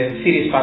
series